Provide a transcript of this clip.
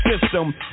system